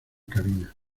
cabina